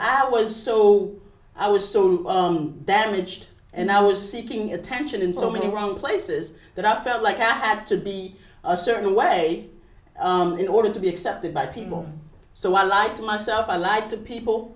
i was so i was so damaged and i was sitting at tension in so many wrong places that i felt like i have to be a certain way in order to be accepted by people so i like to myself i like to people